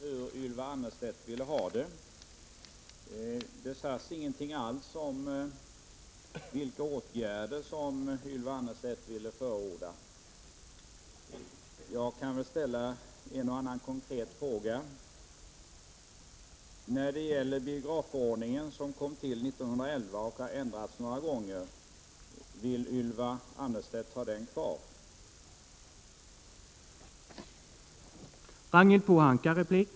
Herr talman! Jag förstår inte riktigt hur Ylva Annerstedt vill ha det. Hon sade ingenting om vilka åtgärder hon skulle vilja förorda. Jag får väl då ställa ett par konkreta frågor. Biografförordningen kom till 1911 och har ändrats några gånger. Vill Ylva Annerstedt ha kvar den?